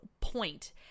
point